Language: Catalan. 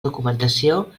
documentació